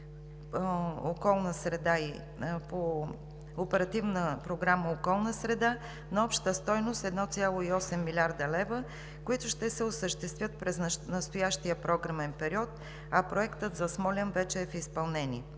по Оперативна програма „Околна среда“ на обща стойност 1,8 млрд. лв., които ще се осъществят през настоящия програмен период, а проектът за Смолян вече е в изпълнение.